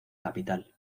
capital